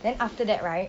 then after that right